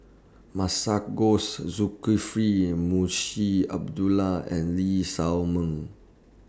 Masagos Zulkifli and Munshi Abdullah and Lee Shao Meng